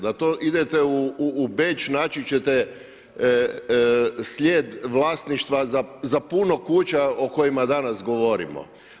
Da to idete u Beč naći ćete slijed vlasništva za puno kuća o kojima danas govorimo.